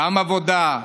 גם עבודה,